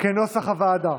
כנוסח הוועדה.